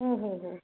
हो हो हो